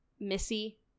Missy